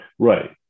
Right